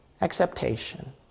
Acceptation